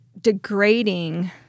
degrading